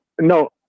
No